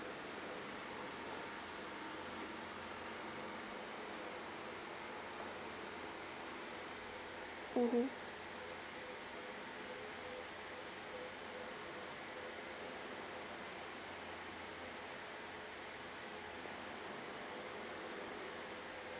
mmhmm